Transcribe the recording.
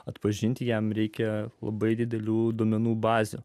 atpažinti jam reikia labai didelių duomenų bazių